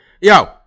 Yo